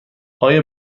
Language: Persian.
آیا